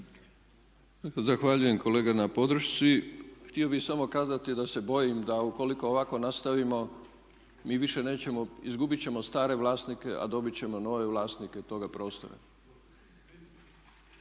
Zahvaljujem kolega na podršci. Htio bih samo kazati da se bojim da ukoliko ovako nastavimo mi više nećemo, izgubiti ćemo stare vlasnike a dobiti ćemo nove vlasnike toga prostora.